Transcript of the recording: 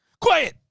Quiet